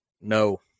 no